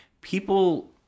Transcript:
People